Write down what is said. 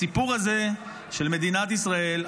הסיפור הזה של מדינת ישראל,